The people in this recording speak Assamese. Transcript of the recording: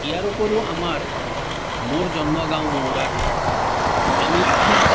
ইয়াৰ উপৰিও আমাৰ মোৰ জন্মগাঁও মৌৰাত আমি ঠিক